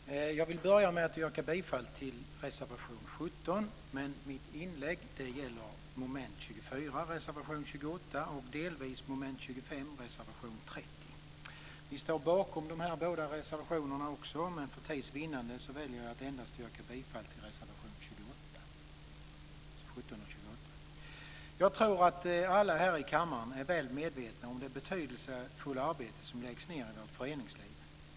Fru talman! Jag vill börja med att yrka bifall till reservation 17, men mitt inlägg gäller reservation 28 under mom. 24 och delvis reservation 30 under mom. 25. Vi står bakom också dessa två reservationer, men för tids vinnande väljer jag att endast yrka bifall till reservationerna 17 och 28. Jag tror att alla här i kammaren är väl medvetna om det betydelsefulla arbete som läggs ned i vårt föreningsliv.